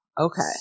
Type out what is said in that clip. okay